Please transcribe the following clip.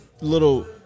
little